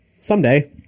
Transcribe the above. someday